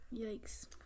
Yikes